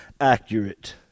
accurate